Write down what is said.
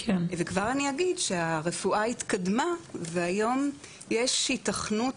וכבר אני אגיד שהרפואה התקדמה והיום יש היתכנות.